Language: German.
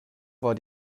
war